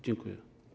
Dziękuję.